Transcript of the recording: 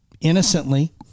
innocently